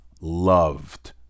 loved